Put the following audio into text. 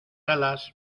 alas